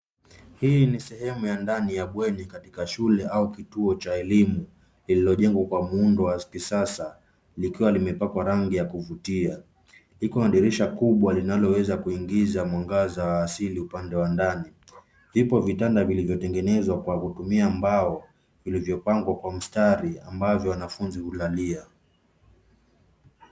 Hii ni sehemu ya ndani ya bweni katika shule au katika kituo cha elimu iliyojengwa kwa muundo wa kisasa likiwa limepakwa rangi ya kuvutia. Liko dirisha kubwa linaloweza kuingiza mwangaza wa asali upande wa ndani. Vipo vitanda vilivyotengenezwa kwa kutumia mbao vilivyopangwa kwa mstari ambavyo wanafunzi hualalia.